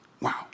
Wow